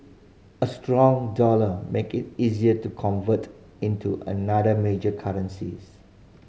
a strong dollar make it easier to convert into other major currencies